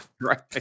Right